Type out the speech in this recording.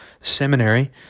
Seminary